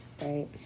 right